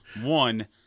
One